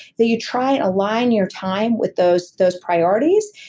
that you try and align your time with those those priorities.